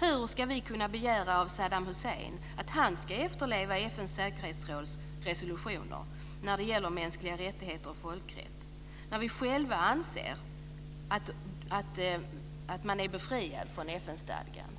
Hur ska vi kunna begära av Saddam Hussein att han ska efterleva FN:s säkerhetsråds resolutioner när det gäller mänskliga rättigheter och folkrätt när vi själva anser oss befriade från FN-stadgan,